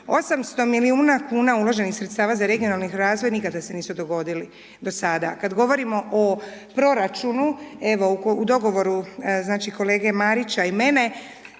800 milijuna kuna uloženih sredstava za regionalni razvoj, nikada se nisu dogodili do sada. Kada govorimo o proračunu, evo, u dogovoru, znači, kolege Marića i mene,